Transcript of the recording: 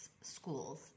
schools